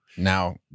Now